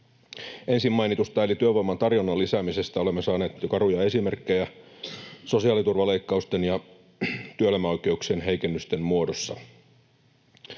Ensin mainitusta, eli työvoiman tarjonnan lisäämisestä, olemme saaneet jo karuja esimerkkejä sosiaaliturvaleikkausten ja työelämäoikeuksien heikennysten muodossa.